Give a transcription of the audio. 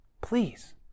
Please